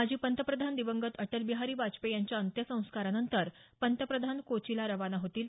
माजी पंतप्रधान दिवंगत अटलबिहारी वाजपेयी यांच्या अंत्यसंस्कारानंतर पंतप्रधान कोचीला रवाना होतील